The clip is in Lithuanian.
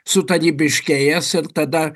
sutarybiškėjes ir tada